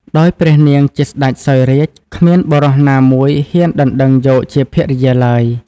ដោយព្រះនាងជាសេ្តចសោយរាជ្យ គ្មានបុរសណាមួយហ៊ានដណ្តឹងយកជាភរិយាឡើយ។